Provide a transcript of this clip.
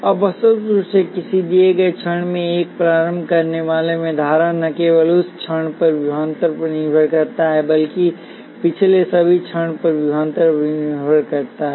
अब स्पष्ट रूप से किसी दिए गए क्षण में एक प्रारंभ करनेवाला में धारा न केवल उस क्षण पर विभवांतर पर निर्भर करता है बल्कि पिछले सभी क्षण पर विभवांतर पर निर्भर करता है